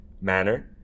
manner